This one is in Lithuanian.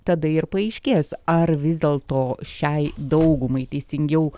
tada ir paaiškės ar vis dėlto šiai daugumai teisingiau